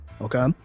okay